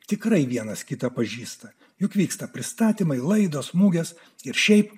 tikrai vienas kitą pažįsta juk vyksta pristatymai laidos mugės ir šiaip